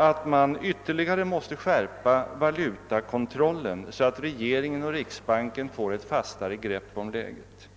Vi anser att man måste skärpa valutakontrollen ytterligare, så att regeringen och riksbanken får ett fastare grepp om läget.